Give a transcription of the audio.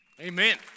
Amen